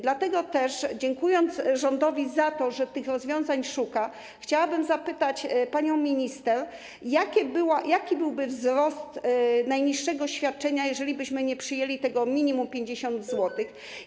Dlatego też, dziękując rządowi za to, że tych rozwiązań szuka, chciałabym zapytać panią minister, jaki byłby wzrost najniższego świadczenia, jeżelibyśmy nie przyjęli tego minimum: 50 zł.